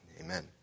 amen